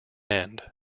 end